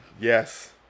Yes